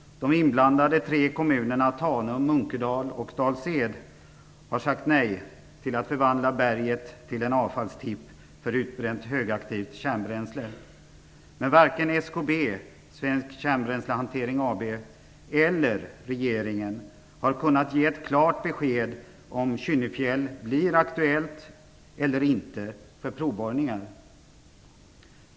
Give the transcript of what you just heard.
De tre inblandade kommunerna Tanum, Munkedal och Dals Ed har sagt nej till att förvandla berget till en avfallstipp för utbränt högaktivt kärnbränsle. Men varken SKB, Svensk Kärnbränslehantering AB, eller regeringen har kunnat ge ett klart besked om huruvida Kynnefjäll blir aktuellt eller inte för provborrning.